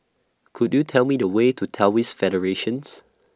Could YOU Tell Me The Way to Taoist Federations